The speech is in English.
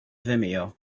vimeo